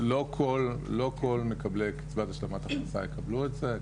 לא כל מקבלי קצבת השלמת הכנסה יקבלו את זה,